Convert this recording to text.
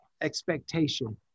expectation